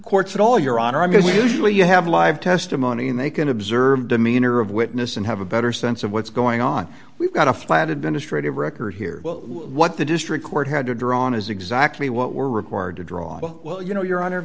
courts at all your honor i'm going to usually you have live testimony and they can observe demeanor of witness and have a better sense of what's going on we've got a flat administrative record here well what the district court had to draw on is exactly what we're required to draw well you know your honor